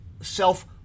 self